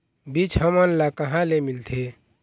बीज हमन ला कहां ले मिलथे?